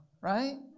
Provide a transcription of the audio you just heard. right